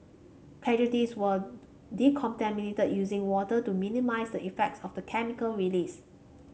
casualties were decontaminated using water to minimise the effects of the chemical release